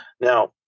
Now